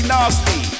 Nasty